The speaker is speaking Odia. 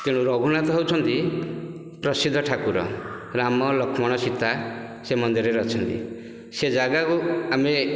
ତେଣୁ ରଘୁନାଥ ହେଉଛନ୍ତି ପ୍ରସିଦ୍ଧ ଠାକୁର ରାମ ଲକ୍ଷ୍ମଣ ସୀତା ସେ ମନ୍ଦିରରେ ଅଛନ୍ତି ସେ ଜାଗାକୁ ଆମେ